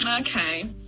Okay